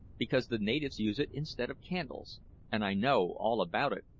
because the natives use it instead of candles and i know all about it,